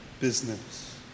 business